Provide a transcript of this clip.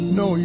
no